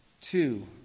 Two